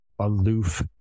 aloof